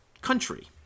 country